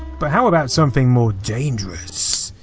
but how about something more dangerous.